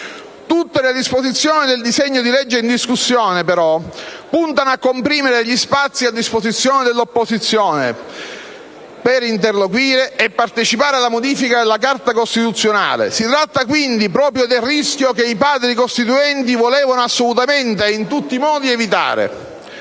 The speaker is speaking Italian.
Tutte le disposizioni del disegno di legge in discussione, però, puntano a comprimere gli spazi a disposizione dell'opposizione per interloquire e partecipare alla modifica della Carta costituzionale. Si tratta, quindi, proprio del rischio che i Padri costituenti volevano assolutamente ed in tutti i modi evitare.